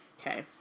okay